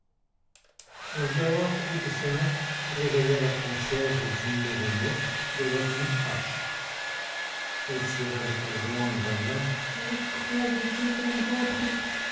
coup de sonnette réveilla la concierge du numéro de l'avenue hoche elle tira le cordon en grognant je croyais tout le monde rentré